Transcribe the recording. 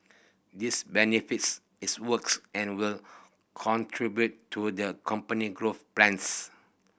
this benefits its works and will contribute to the company growth plans